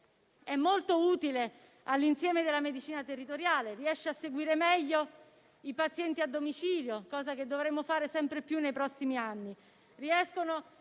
è molto utile all'insieme della medicina territoriale: riesce a seguire meglio i pazienti a domicilio (cosa che dovremmo fare sempre più nei prossimi anni);